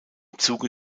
zuge